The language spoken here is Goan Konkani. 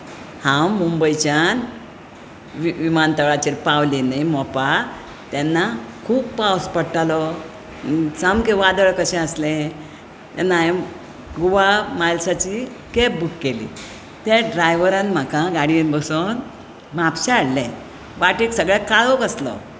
हांव मुंबायच्यान विमानतळाचेर पावली नी मोपा तेन्ना खूब पावस पडटालो सामकें वादळ कशें आसलें तेन्ना हांयेन गोवा मायल्साची कॅब बूक केली त्या ड्रायवरान म्हाका गाडयेंत बसोवन म्हापश्यांं हाडले वाटेक सगळ्याक काळोख आसलो पूण